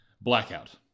Blackout